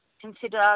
consider